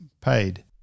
paid